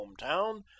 hometown